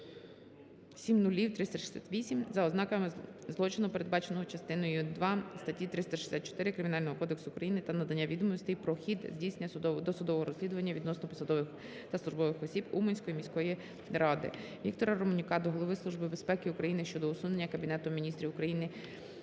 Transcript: Віктора Романюка до голови Служби безпеки України щодо усунення Кабінетом Міністрів України